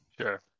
Sure